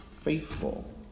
faithful